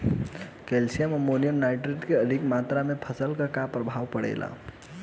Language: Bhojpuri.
कैल्शियम अमोनियम नाइट्रेट के अधिक मात्रा से फसल पर का प्रभाव परेला?